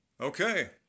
Okay